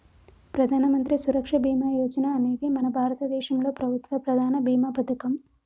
ప్రధానమంత్రి సురక్ష బీమా యోజన అనేది మన భారతదేశంలో ప్రభుత్వ ప్రధాన భీమా పథకం